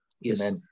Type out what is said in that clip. Yes